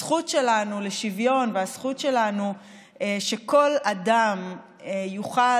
הזכות שלנו לשוויון והזכות שלנו שכל אדם יוכל